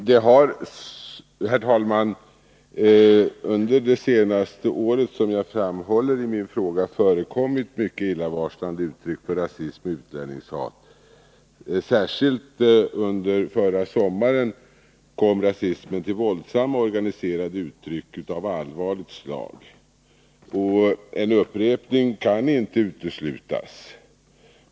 Herr talman! Jag tackar justitieministern för svaret. Det har under det senaste året, som jag framhåller i min fråga, framkommit mycket illavarslande uttryck för rasism och utlänningshat. Särskilt under förra sommaren kom rasismen till våldsamma organiserade uttryck av allvarligt slag, och en upprepning kan inte uteslutas.